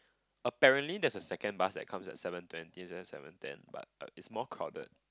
apparently there's a second bus that comes at seven twenty instead of seven ten but err it's more crowded